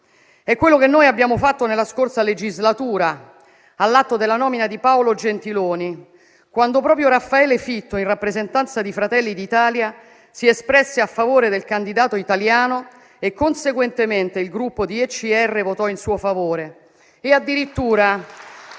È quello che noi abbiamo fatto nella scorsa legislatura all'atto della nomina di Paolo Gentiloni, quando proprio Raffaele Fitto, in rappresentanza di Fratelli d'Italia, si espresse a favore del candidato italiano e conseguentemente il Gruppo dei Conservatori e dei